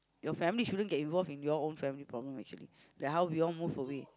your family shouldn't get involved in your own family problem actually like how we all move away